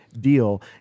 deal